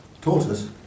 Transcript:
tortoise